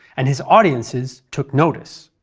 and his audiences took notice.